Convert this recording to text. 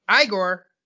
Igor